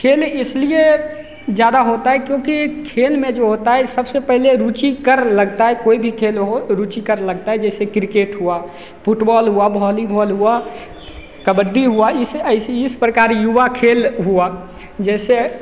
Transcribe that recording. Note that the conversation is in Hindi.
खेल इसलिए ज़्यादा होता है क्योंकि खेल में जो होता है सबसे पहले रूचिकर लगता है कोई भी खेल हो रुचिकर लगता है जैसे क्रिकेट हुआ फुटबॉल हुआ वॉलीबॉल हुआ कबड्डी हुआ इसे ऐसी इस प्रकार युवा खेल हुआ जैसे